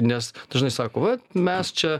nes dažnai sako vat mes čia